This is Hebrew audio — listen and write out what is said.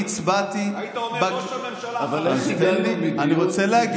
היית אומר ראש הממשלה החליפי --- איך הגענו מדיון עקרוני,